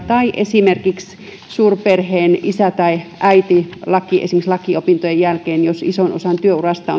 tai että jos suurperheen isä tai äiti esimerkiksi lakiopintojen jälkeen on tehnyt ison osan työurasta